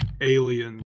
Alien